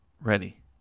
ready